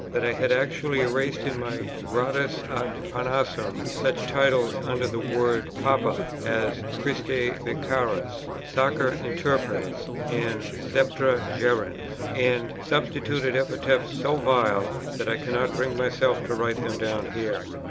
that i had actually erased in my gradus ad parnassum, such titles, under the word papa, as christi vicarius sacer interpres, and sceptra gerens, and substituted epithets so vile that i cannot bring myself to write them down here.